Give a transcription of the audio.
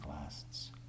lasts